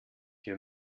hier